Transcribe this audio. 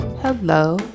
Hello